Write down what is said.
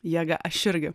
jėga aš irgi